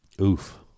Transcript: Oof